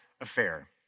affair